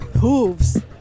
Hooves